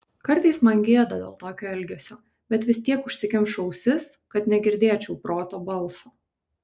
kartais man gėda dėl tokio elgesio bet vis tiek užsikemšu ausis kad negirdėčiau proto balso